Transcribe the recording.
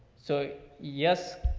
so yes,